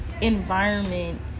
environment